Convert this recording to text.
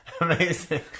amazing